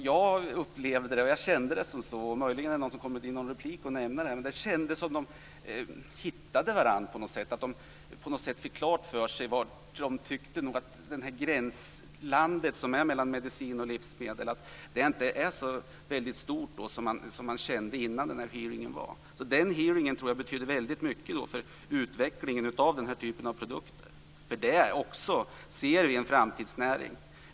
Jag upplevde och kände det så att de på något sätt fann varandra. De fick klart för sig att gränslandet mellan medicin och livsmedel inte är så väldigt stort som de trodde innan. Den hearingen, tror jag, betydde väldigt mycket för utvecklingen av den här typen av produkter. Det är också en framtidsnäring.